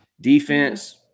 Defense